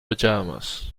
pyjamas